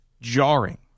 jarring